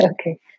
Okay